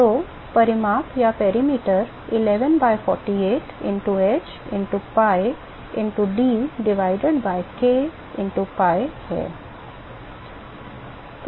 तो परिमाप 11 by 48 into h into pi into d divided by k into pi है